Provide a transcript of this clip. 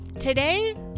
today